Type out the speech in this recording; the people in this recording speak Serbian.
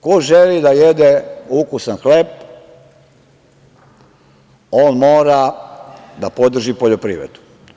Ko želi da jede ukusan hleb, on mora da podrži poljoprivredu.